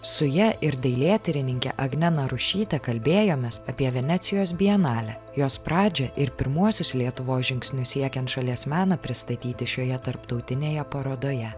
su ja ir dailėtyrininke agne narušyte kalbėjomės apie venecijos bienalę jos pradžią ir pirmuosius lietuvos žingsnius siekiant šalies meną pristatyti šioje tarptautinėje parodoje